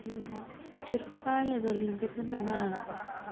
उम उम सोरखौबा लोगो लिंदेरगोन नामा